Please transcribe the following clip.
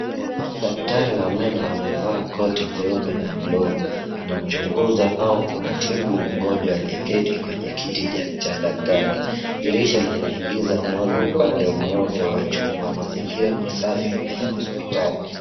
Daktari wa meno amevaa koti jeupe na glovu. Anamchunguza au kumtibu mgonjwa aliyeketi kwenye kiti cha daktari. Dirisha linaingiza mwanga upande mmoja wa chumba. Mazingira ni safi na ya hospitali.